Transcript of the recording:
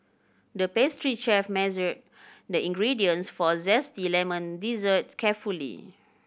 the pastry chef measured the ingredients for zesty lemon dessert carefully